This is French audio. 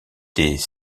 des